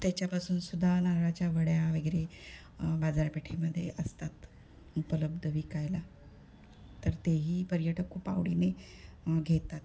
त्याच्यापासून सुद्धा नारळाच्या वड्या वगैरे बाजारपेठेमध्ये असतात उपलब्ध विकायला तर तेही पर्यटक खूप आवडीने घेतात